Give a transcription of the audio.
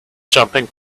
jumping